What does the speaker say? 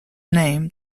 name